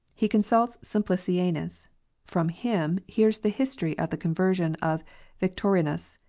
he consults simplicianus from him hears the history of the conversion of victorinus,